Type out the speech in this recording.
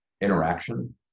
interaction